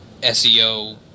SEO